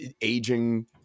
Aging